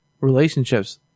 relationships